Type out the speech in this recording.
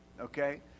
okay